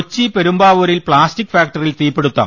കൊച്ചി പെരുമ്പാവൂരിൽ പ്ലാസ്റ്റിക് ഫാക്ടറിയിൽ തീപിടുത്തം